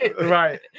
Right